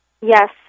Yes